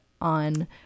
on